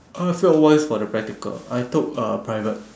I failed once for the practical I took uh private